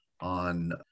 on